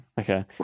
Okay